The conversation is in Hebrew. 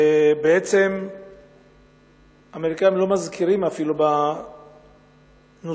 ובעצם האמריקנים אפילו לא מזכירים במפורש